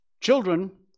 Children